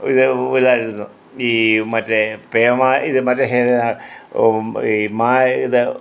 ഇതു പോലെ ആയിരുന്നു ഈ മറ്റെ പേമാ ഇത് മറ്റേ പേ മാ ഇത്